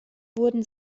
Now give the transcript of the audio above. wurden